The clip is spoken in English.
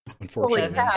unfortunately